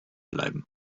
bleiben